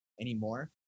anymore